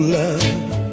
love